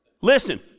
Listen